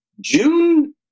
June